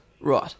Right